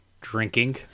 Drinking